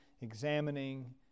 examining